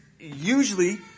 usually